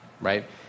right